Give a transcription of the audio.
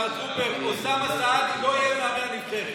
השר טרופר, אוסאמה סעדי לא יהיה מאמן הנבחרת.